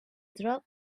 drop